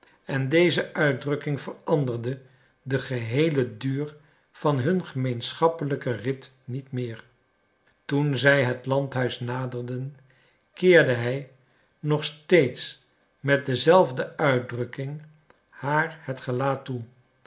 en deze uitdrukking veranderde den geheelen duur van hun gemeenschappelijken rit niet meer toen zij het landhuis naderden keerde hij nog steeds met dezelfde uitdrukking haar het gelaat toe